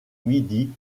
midi